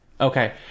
Okay